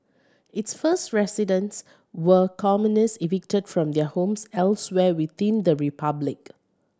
its first residents were commoners evicted from their homes elsewhere within the republic